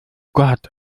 gott